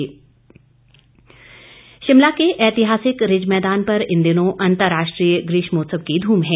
ग्रीष्मोत्सव शिमला के ऐतिहासिक रिज मैदान पर इन दिनों अंतर्राष्ट्रीय ग्रीष्मोत्सव की ध्रम है